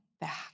back